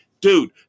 dude